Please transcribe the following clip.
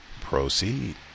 Proceed